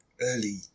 Early